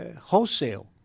Wholesale